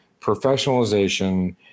professionalization